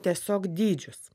tiesiog dydžius